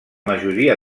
majoria